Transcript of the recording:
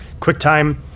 QuickTime